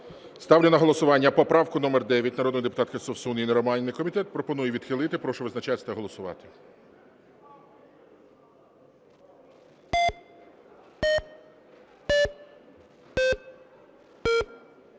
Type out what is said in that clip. Ставлю на голосування поправку номер 9 народної депутатки Совсун Інни Романівни. Комітет пропонує відхилити. Прошу визначатися та голосувати.